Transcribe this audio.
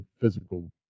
physical